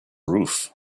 roof